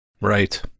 Right